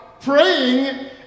praying